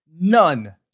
none